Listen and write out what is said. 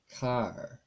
car